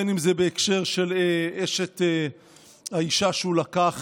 בין שזה בהקשר של האישה שהוא לקח